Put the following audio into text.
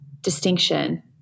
distinction